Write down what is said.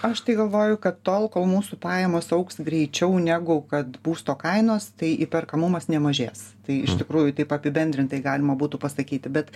aš tai galvoju kad tol kol mūsų pajamos augs greičiau negu kad būsto kainos tai įperkamumas nemažės tai iš tikrųjų taip apibendrintai galima būtų pasakyti bet